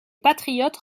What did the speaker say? patriotes